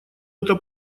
это